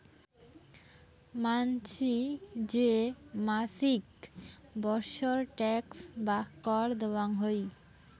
মানসি যে মাছিক বৎসর ট্যাক্স বা কর দেয়াং হই